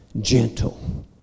Gentle